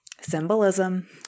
Symbolism